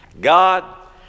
God